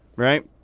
right?